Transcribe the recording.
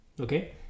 okay